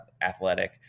athletic